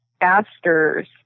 asters